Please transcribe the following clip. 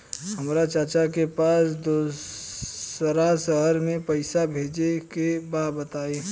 हमरा चाचा के पास दोसरा शहर में पईसा भेजे के बा बताई?